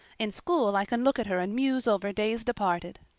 in school i can look at her and muse over days departed.